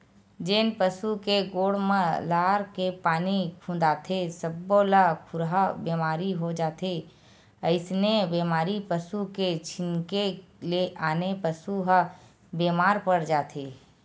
जेन पसु के गोड़ म लार के पानी खुंदाथे सब्बो ल खुरहा बेमारी हो जाथे अइसने बेमारी पसू के छिंके ले आने पसू ह बेमार पड़ जाथे